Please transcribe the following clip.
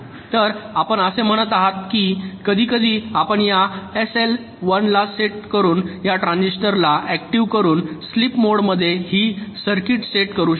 तर आपण असे म्हणत आहोत की कधीकधी आपण या एसएलला 1 सेट करून या ट्रान्झिस्टरस ला ऍक्टिव्ह करून स्लीप मोडमध्ये ही सर्किट सेट करू शकतो